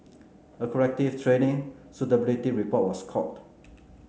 a corrective training suitability report was called